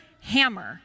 hammer